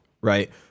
right